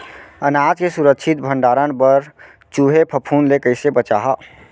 अनाज के सुरक्षित भण्डारण बर चूहे, फफूंद ले कैसे बचाहा?